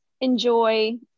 enjoy